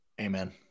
Amen